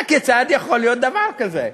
הכיצד יכול להיות דבר כזה?